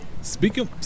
Speaking